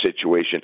situation